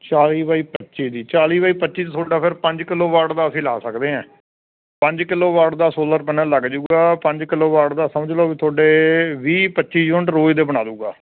ਚਾਲੀ ਬਾਈ ਪੱਚੀ ਦੀ ਚਾਲੀ ਬਾਈ ਪੱਚੀ ਅਤੇ ਤੁਹਾਡਾ ਫਿਰ ਪੰਜ ਕਿਲੋਵਾਟ ਦਾ ਅਸੀਂ ਲਾ ਸਕਦੇ ਹੈ ਪੰਜ ਕਿਲੋਵਾਟ ਦਾ ਸੋਲਰ ਪੈਨਲ ਲੱਗ ਜੂਗਾ ਪੰਜ ਕਿਲੋਵਾਟ ਦਾ ਸਮਝ ਲਓ ਵੀ ਤੁਹਾਡੇ ਵੀਹ ਪੱਚੀ ਯੂਨਿਟ ਰੋਜ਼ ਦੇ ਬਣਾ ਦੂਗਾ